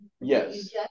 yes